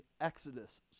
Exodus